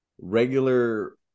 regular